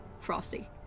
Frosty